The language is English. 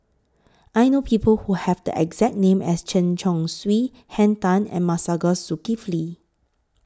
I know People Who Have The exact name as Chen Chong Swee Henn Tan and Masagos Zulkifli